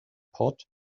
pod